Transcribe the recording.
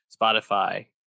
Spotify